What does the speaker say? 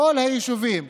בכל היישובים,